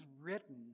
written